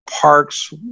parks